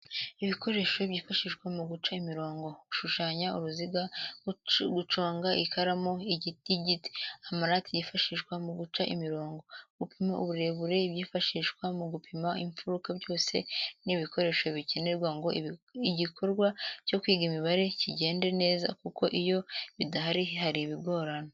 Ibikoresho byifashishwa mu guca imirongo, gushushanya uruziga, guconga ikaramu y'igiti, amarati yifashishwa mu guca imirongo, gupima uburebure, ibyifashishwa mu gupima imfuruka byose ni ibikoresho bikenerwa ngo igikorwa cyo kwiga imibare kigende neza kuko iyo bidahari hari ibigorana.